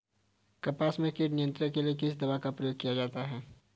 कपास में कीट नियंत्रण के लिए किस दवा का प्रयोग किया जाता है?